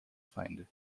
feinde